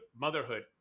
motherhood